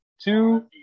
Two